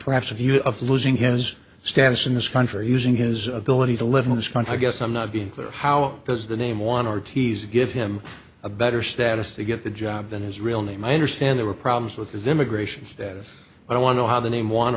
perhaps a view of losing his status in this country using his ability to live in this country i guess i'm not being clear how does the name on our t s give him a better status to get the job than his real name i understand there were problems with his immigration status i wonder how the name